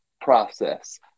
process